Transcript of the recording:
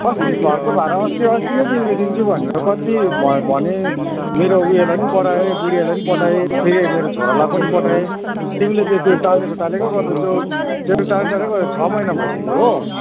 अस्ति घरको भाडा अस्ति अस्ति नै तिमीले दिन्छु भनेर कति भयो भने मेरो उयोलाई नि पठाएँ बुढियालाई नि पठाएँ फेरि मेरो छोरालाई पनि पठाएँ तिमीले त त्यो टालेको टालेको गर्दैछौ त्यो टालेको टालेको छ महिना भइसक्यो हो